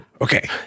Okay